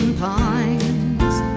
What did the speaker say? pines